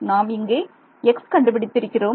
நாம் இங்கே x கண்டுபிடித்து இருக்கிறோம்